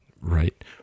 Right